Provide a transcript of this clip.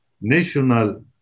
national